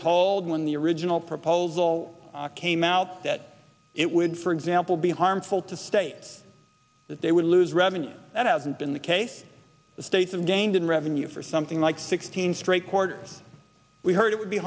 told when the original proposal came out that it would for example be harmful to states that they would lose revenue that hasn't been the case states and gained in revenue for something like sixteen straight quarters we heard it would be